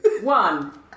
one